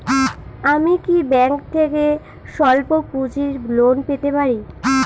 আমি কি ব্যাংক থেকে স্বল্প পুঁজির লোন পেতে পারি?